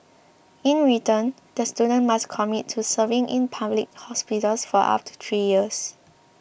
in return the students must commit to serving in public hospitals for up to three years